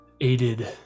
Aided